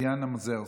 וטטיאנה מזרסקי.